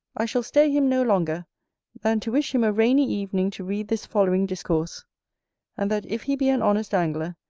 i shall stay him no longer than to wish him a rainy evening to read this following discourse and that if he be an honest angler,